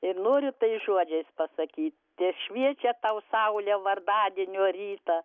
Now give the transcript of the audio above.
ir noriu tais žodžiais pasakyt te šviečia tau saulė vardadienio rytą